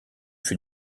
fut